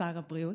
שר הבריאות.